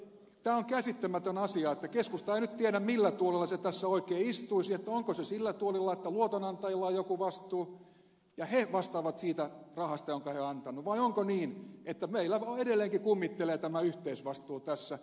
tämä on käsittämätön asia että keskusta ei nyt tiedä millä tuolilla se tässä oikein istuisi että olisiko se sillä tuolilla että luotonantajilla on joku vastuu ja he vastaavat siitä rahasta jonka he ovat antaneet vai onko niin että meillä edelleenkin kummittelee tämä yhteisvastuu tässä